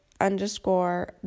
underscore